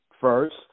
first